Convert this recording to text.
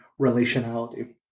relationality